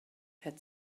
had